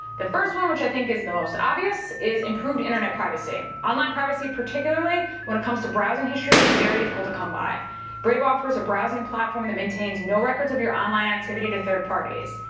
the first one which i think is the most obvious is improved internet privacy. online privacy particularly when it comes to browsing history is very difficult to come by. brave offers a browsing platform that maintains no records of your online activity to third parties.